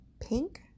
pink